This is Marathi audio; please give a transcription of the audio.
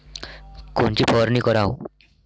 कोनची फवारणी कराव?